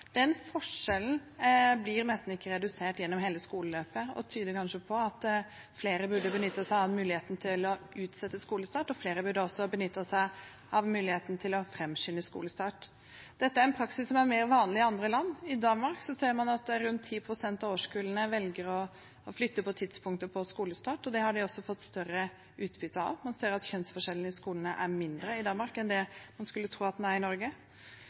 Den forskjellen blir nesten ikke redusert gjennom hele skoleløpet, og det tyder kanskje på at flere burde benyttet seg av muligheten til å utsette skolestarten, og at flere burde benyttet seg av muligheten til å framskynde skolestarten. Dette er en praksis som er mer vanlig i andre land. I Danmark ser man at rundt 10 pst. av årskullene velger å flytte på tidspunktet for skolestart, og det har de også fått større utbytte av. Man ser at kjønnsforskjellene i skolen er mindre i Danmark enn det de er i Norge. Dette er